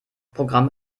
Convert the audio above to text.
programm